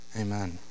Amen